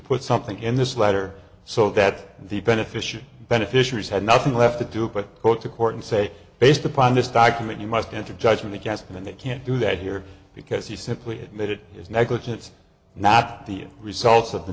put something in this letter so that the beneficent beneficiaries had nothing left to do but go to court and say based upon this document you must enter a judgment against them and they can't do that here because you simply admit it is negligence not the results of the